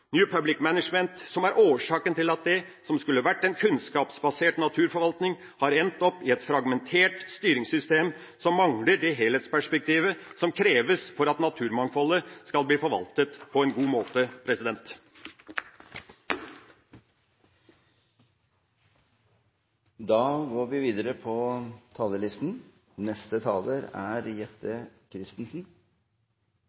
New Public Management, som er årsaken til at det som skulle vært en kunnskapsbasert naturforvaltning, har endt opp i et fragmentert styringssystem som mangler det helhetsperspektivet som kreves for at naturmangfoldet skal bli forvaltet på en god måte.